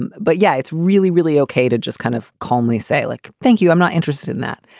and but yeah, it's really, really okay to just kind of calmly say like, thank you. i'm not interested in that.